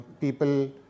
people